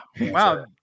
Wow